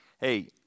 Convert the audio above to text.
Hey